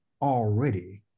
already